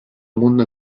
mundo